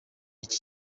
iki